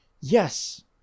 Yes